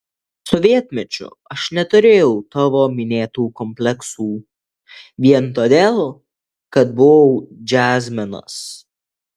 sovietmečiu aš neturėjau tavo minėtų kompleksų vien todėl kad buvau džiazmenas